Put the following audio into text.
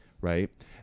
Right